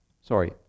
Sorry